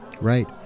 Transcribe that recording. right